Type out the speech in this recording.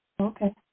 Okay